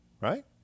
Right